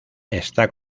está